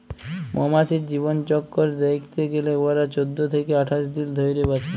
মমাছির জীবলচক্কর দ্যাইখতে গ্যালে উয়ারা চোদ্দ থ্যাইকে আঠাশ দিল ধইরে বাঁচে